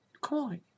coin